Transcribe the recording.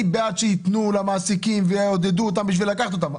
אני בעד שייתנו למעסיקים ויעודד אותם בשביל לקחת אותם,